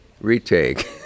Retake